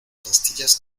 pastillas